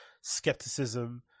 skepticism